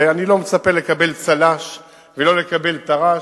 ואני לא מצפה לקבל צל"ש ולא לקבל טר"ש.